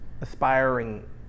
aspiring